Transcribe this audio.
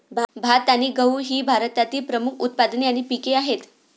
भात आणि गहू ही भारतातील प्रमुख उत्पादने आणि पिके आहेत